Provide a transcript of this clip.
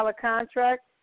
contract